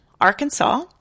Arkansas